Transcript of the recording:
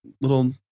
little